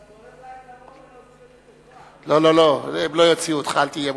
לא, לא, לא, הם לא יציעו אותך, אל תהיה מודאג.